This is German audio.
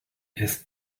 ist